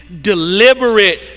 deliberate